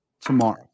tomorrow